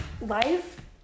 Life